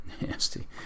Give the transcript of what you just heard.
nasty